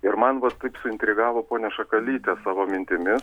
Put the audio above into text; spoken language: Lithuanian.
ir man va taip suintrigavo ponia šakalytė savo mintimis